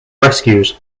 rescues